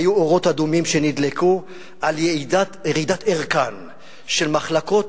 היו אורות אדומים שנדלקו על ירידת ערכן של מחלקות,